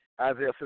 Isaiah